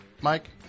Mike